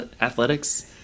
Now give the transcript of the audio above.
athletics